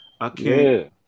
Okay